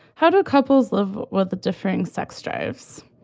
how do couples live? well, the differing sex drives.